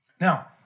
Now